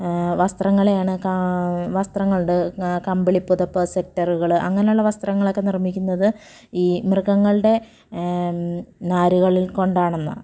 വസ്ത്രങ്ങളെയാണ് ക വസ്ത്രങ്ങളുണ്ട് കമ്പിളി പുതപ്പ് സെക്റ്ററുകൾ അങ്ങനെയുള്ള വസ്ത്രങ്ങളൊക്കെ നിർമ്മിക്കുന്നത് ഈ മൃഗങ്ങളുടെ നാരുകളിൽ കൊണ്ടാണെന്ന്